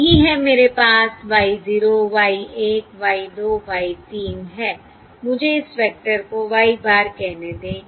यही है मेरे पास Y 0 Y 1 Y 2 Y 3 है मुझे इस वेक्टर को Y bar कहने दें